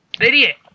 Idiot